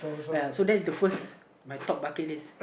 oh ya so that's the first my top bucket list